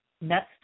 next